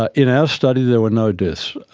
ah in our study there were no deaths.